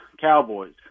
Cowboys